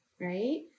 Right